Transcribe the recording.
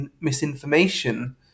misinformation